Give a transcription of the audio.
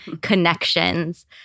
connections